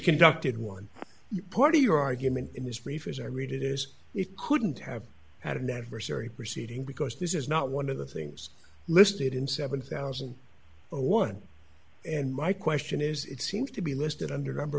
conducted one part of your argument in this brief as i read it is it couldn't have had an adversary proceeding because this is not one of the things listed in seventy thousand or one and my question is it seems to be listed under number